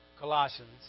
Colossians